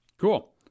Cool